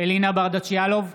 אלינה ברדץ' יאלוב,